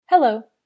Hello